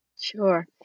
Sure